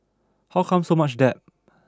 how come so much debt